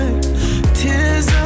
Tears